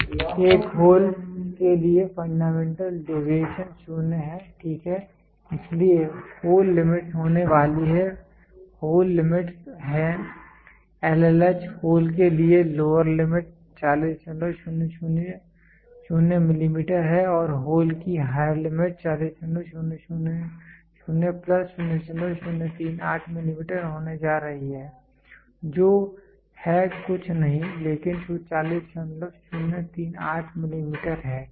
एक होल के लिए फंडामेंटल डेविएशन 0 है ठीक है इसलिए होल लिमिटस् होने वाली हैं होल लिमिटस् हैं LLH होल के लिए लोअर लिमिट 40000 मिलीमीटर है और होल की हायर लिमिट 40000 प्लस 0039 मिलीमीटर होने जा रही है जो है कुछ नहीं लेकिन 40039 मिलीमीटर है ठीक है